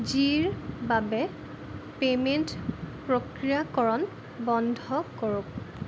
zero বাবে payment প্ৰক্ৰিয়াকৰণ বন্ধ কৰক